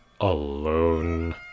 alone